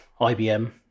IBM